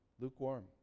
Lukewarm